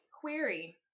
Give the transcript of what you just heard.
Query